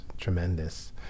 tremendous